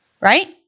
Right